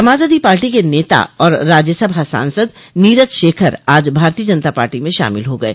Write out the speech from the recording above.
Samajwadi party के नेता और राज्यसभा सांसद नीरज शेखर आज भारतीय जनता पार्टी में शामिल हो गये